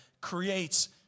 creates